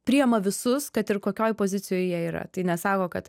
priema visus kad ir kokioj pozicijoj jie yra tai nesako kad